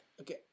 Okay